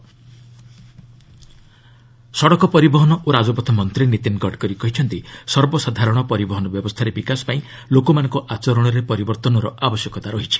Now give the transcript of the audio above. ଗଡ଼କରି ମ୍ନଭ୍ ସମିଟ୍ ସଡ଼କ ପରିବହନ ଓ ରାଜପଥ ମନ୍ତ୍ରୀ ନୀତିନ ଗଡ଼କରି କହିଛନ୍ତି ସର୍ବସାଧାରଣ ପରିବହନ ବ୍ୟବସ୍ଥାରେ ବିକାଶ ପାଇଁ ଲୋକମାନଙ୍କ ଆଚରଣରେ ପରିବର୍ତ୍ତନର ଆବଶ୍ୟକତା ରହିଛି